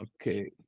okay